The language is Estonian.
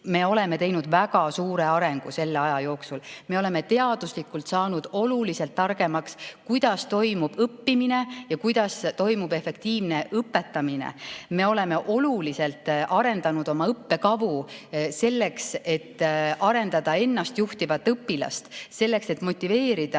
me oleme teinud läbi väga suure arengu selle aja jooksul, me oleme teaduslikult saanud oluliselt targemaks selles, kuidas toimub õppimine ja kuidas toimub efektiivne õpetamine. Me oleme oluliselt arendanud oma õppekavu, selleks et arendada ennastjuhtivat õpilast, selleks et motiveerida